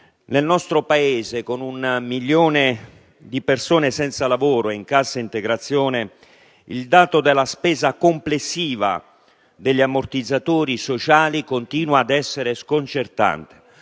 Nel nostro Paese, con un milione di persone senza lavoro ed in cassa integrazione, il dato della spesa complessiva per gli ammortizzatori sociali continua ad essere sconcertante.